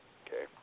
okay